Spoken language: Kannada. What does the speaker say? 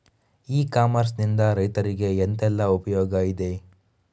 ಇ ಕಾಮರ್ಸ್ ನಿಂದ ರೈತರಿಗೆ ಎಂತೆಲ್ಲ ಉಪಯೋಗ ಇದೆ?